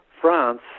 France